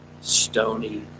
stony